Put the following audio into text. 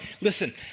listen